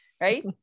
right